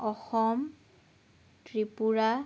Assam Tripura